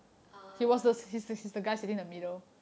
err